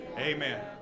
Amen